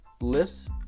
lists